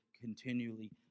continually